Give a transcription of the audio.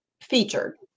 featured